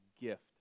gift